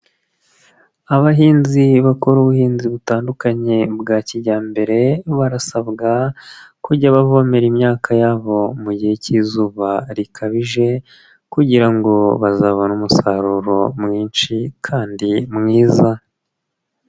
Abahinzi bakora ubuhinzi butandukanye bwa kijyambere barasabwa, kujya bavomera imyaka yabo mu gihe k'izuba rikabije, kugira ngo bazabone umusaruro mwinshi kandi mwiza.